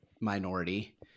minority